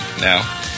now